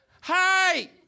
Hi